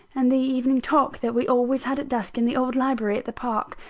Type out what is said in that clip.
and the evening talk that we always had at dusk in the old library at the park.